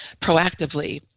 proactively